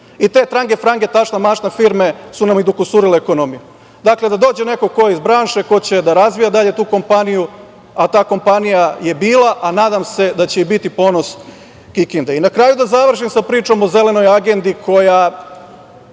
Te trange-frange, tašna-mašna firme su nam i dokusurile ekonomiju. Dakle, da dođe neko ko je iz branše, ko će da razvija dalje tu kompaniju, a ta kompanija je bila, a nadam se da će i biti ponos Kikinde. Na kraju, da završim sa pričom o Zelenoj agendi koja,